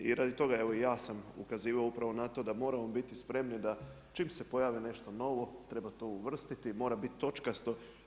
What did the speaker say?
I radi toga, evo i ja sam ukazivao upravo na to da moramo biti spremni da čim se pojavi nešto novo treba to uvrstiti, mora bit točkasto.